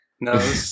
No